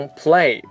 play